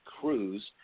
Cruz